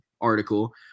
article